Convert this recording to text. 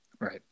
right